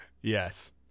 yes